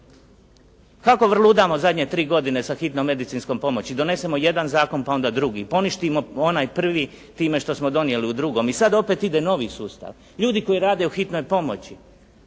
Kako vrludamo zadnje tri godine s hitnom medicinskom pomoći? Donesemo jedan zakon, pa onda drugi. Poništimo onaj privi time što smo donijeli u drugom. I sada opet ide novi sustav. Ljudi koji rade u hitnoj pomoći